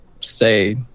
say